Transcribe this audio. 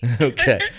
Okay